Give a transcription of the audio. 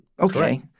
Okay